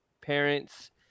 parents